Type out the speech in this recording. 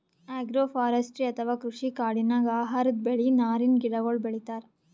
agroforestry ಅಥವಾ ಕೃಷಿ ಕಾಡಿನಾಗ್ ಆಹಾರದ್ ಬೆಳಿ, ನಾರಿನ್ ಗಿಡಗೋಳು ಬೆಳಿತಾರ್